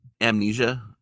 amnesia